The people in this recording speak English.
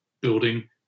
building